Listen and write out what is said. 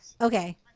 Okay